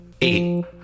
eight